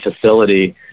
facility